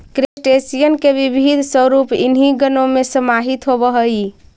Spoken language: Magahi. क्रस्टेशियन के विविध स्वरूप इन्हीं गणों में समाहित होवअ हई